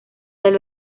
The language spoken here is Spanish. del